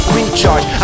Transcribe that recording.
Recharge